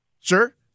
sure